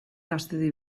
gaztedi